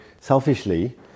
Selfishly